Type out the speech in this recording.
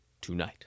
tonight